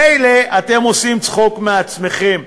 מילא, אתם עושים צחוק מעצמכם,